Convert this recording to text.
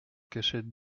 cachette